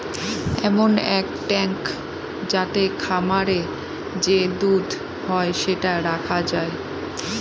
এমন এক ট্যাঙ্ক যাতে খামারে যে দুধ হয় সেটা রাখা যায়